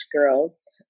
girls